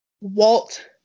Walt